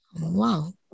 Wow